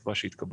בתקווה שיתקבלו,